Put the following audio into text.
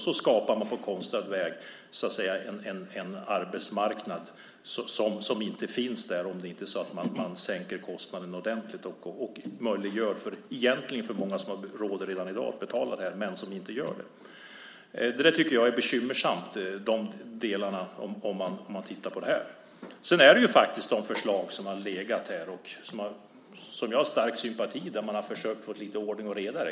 Så skapar man på konstlad väg en arbetsmarknad som inte finns om det inte är så att man sänker kostnaden ordentligt och möjliggör, egentligen för många som har råd redan i dag att betala för det här men som inte gör det. De delarna tycker jag är bekymmersamma när man tittar närmare på det här. Sedan finns det faktiskt förslag som har förelegat här och som jag har stark sympati för, där man har försökt få lite ordning och reda.